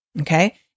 Okay